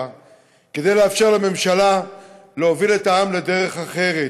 כדי לאפשר לממשלה להוביל את העם לדרך אחרת.